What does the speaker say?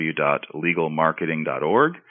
www.legalmarketing.org